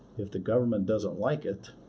if the government doesn't like it,